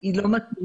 היא לא מתאימה,